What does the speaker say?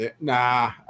Nah